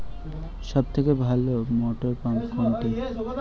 সবথেকে ভালো মটরপাম্প কোনটি?